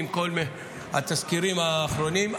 עם כל התזכירים האחרונים,